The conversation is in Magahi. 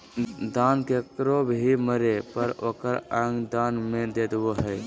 दान केकरो भी मरे पर ओकर अंग दान में दे दो हइ